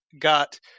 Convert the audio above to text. got